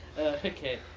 Okay